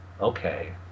okay